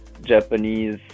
Japanese